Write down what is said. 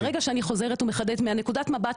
ברגע שאני חוזרת ומחדדת מנקודת המבט